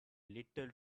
little